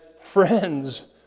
friends